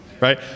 right